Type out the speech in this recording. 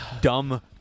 dumb